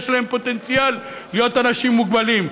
יש להם פוטנציאל להיות אנשים מוגבלים,